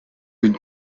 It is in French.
une